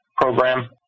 program